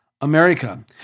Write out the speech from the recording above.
America